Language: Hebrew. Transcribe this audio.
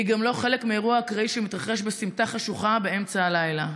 היא גם לא חלק מאירוע אקראי שמתרחש בסמטה חשוכה באמצע הלילה.